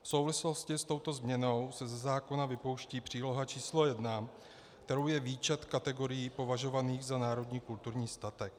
V souvislosti s touto změnou se ze zákona vypouští příloha číslo 1, kterou je výčet kategorií považovaných za národní kulturní statek.